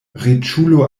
riĉulo